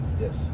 Yes